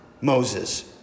Moses